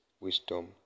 wisdom